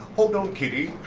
hold on, kitty.